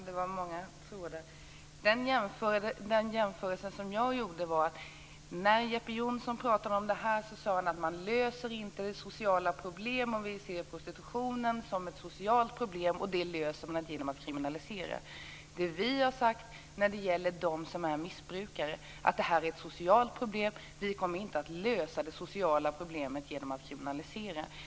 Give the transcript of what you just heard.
Fru talman! Det var många frågor igen. Jämförelsen var att Jeppe Johnsson sade att man inte löser de sociala problemen - om vi ser prostitutionen som ett socialt problem - genom att kriminalisera. Det vi har sagt när det gäller dem som är missbrukare är att det är ett socialt problem. Vi kommer inte att lösa det sociala problemet genom att kriminalisera det.